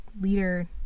leader